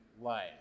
life